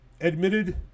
Admitted